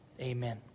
amen